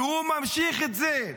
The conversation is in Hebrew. והוא ממשיך את זה.